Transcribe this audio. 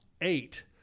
eight